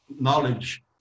knowledge